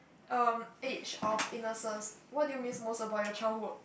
erm age of innocence what do you miss most about your childhood